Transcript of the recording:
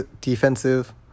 defensive